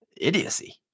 idiocy